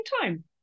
time